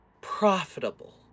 profitable